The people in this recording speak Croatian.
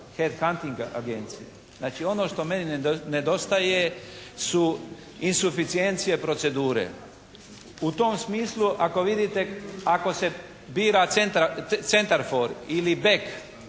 «Head hunting» agenciju. Znači ono što meni nedostaje su insuficijencije procedure. U tom smislu ako vidite, ako se bira centarform ili bek